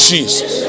Jesus